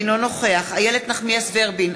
אינו נוכח איילת נחמיאס ורבין,